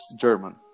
German